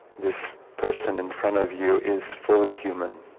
this person in front of you is fully human